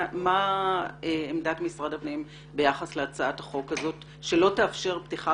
מה עמדת משרד הפנים ביחס להצעת החוק שלא תאפשר פתיחה